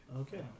Okay